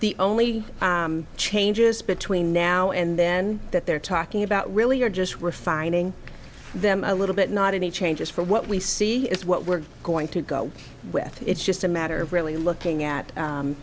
the only changes between now and then that they're talking about really are just refining them a little bit not any changes for what we see is what we're going to go with it's just a matter of really looking at